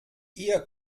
ihr